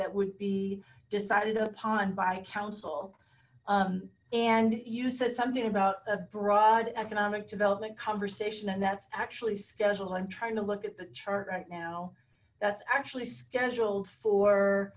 that would be decided upon by council and you said something about a broad economic development conversation and that's actually scheduled i'm trying to look at the chart right now that's actually scheduled for